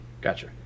Gotcha